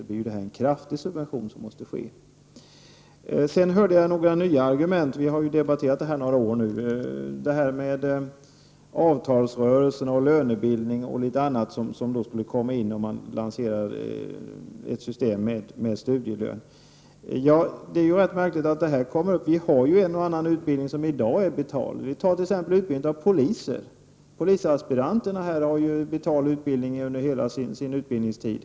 Vi har debatterat den här frågan några år, men jag hörde här några argument. Det var avtalsrörelsen och lönebildningen och litet annat som skulle komma in i bilden, om man lanserade ett system med studielön. Det är rätt märkligt att man tagit upp detta. Vi har ju i dag en och annan utbildning som är betald, t.ex. utbildningen av poliser. Polisaspiranter har betald utbildning under hela sin utbildningstid.